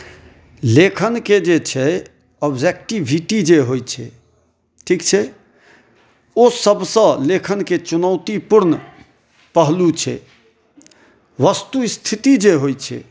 लेखन के जे छै आब्जेक्टिविटी जे होइ छै ठीक छै ओ सबसँ लेखन के चुनौतीपूर्ण पहलू छै वस्तु स्थिति जे होइ छै